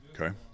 Okay